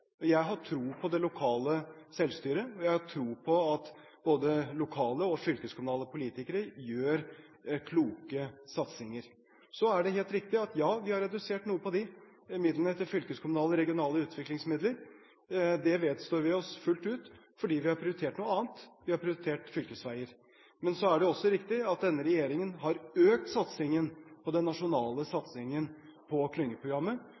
Jeg har tro på det lokale selvstyret, og jeg har tro på at både lokale og fylkeskommunale politikere gjør kloke satsinger. Det er helt riktig at vi har redusert noe på de midlene til fylkeskommunale og regionale utviklingsmidler. Det vedstår vi oss fullt ut, fordi vi har prioritert noe annet, vi har prioritert fylkesveier. Men det er også riktig at denne regjeringen har økt satsingen på den nasjonale satsingen på klyngeprogrammet,